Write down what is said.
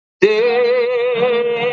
day